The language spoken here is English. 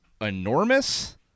enormous